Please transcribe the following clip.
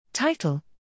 Title